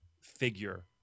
figure